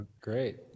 Great